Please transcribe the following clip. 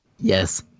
Yes